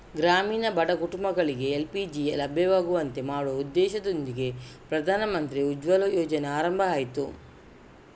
ಗ್ರಾಮೀಣ ಬಡ ಕುಟುಂಬಗಳಿಗೆ ಎಲ್.ಪಿ.ಜಿ ಲಭ್ಯವಾಗುವಂತೆ ಮಾಡುವ ಉದ್ದೇಶದೊಂದಿಗೆ ಪ್ರಧಾನಮಂತ್ರಿ ಉಜ್ವಲ ಯೋಜನೆ ಆರಂಭ ಆಯ್ತು